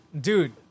Dude